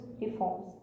reforms